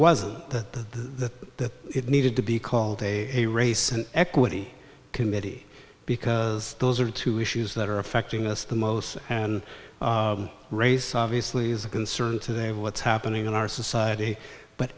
wasn't the that it needed to be called a race and equity committee because those are two issues that are affecting us the most and race obviously is a concern today of what's happening in our society but